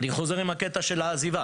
אני חוזר על הקטע של העזיבה,